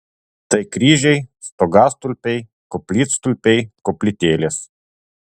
tai kryžiai stogastulpiai koplytstulpiai koplytėlės